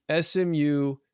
SMU